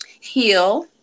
heal